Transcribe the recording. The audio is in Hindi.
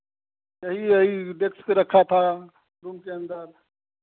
यहीं यहीं डेस्क पर रखा था रुम के अंदर